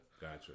Gotcha